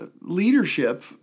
leadership